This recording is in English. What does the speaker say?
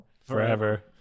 forever